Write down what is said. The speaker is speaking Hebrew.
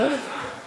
סיכמתי את הדיון.